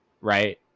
right